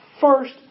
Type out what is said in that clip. first